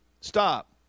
stop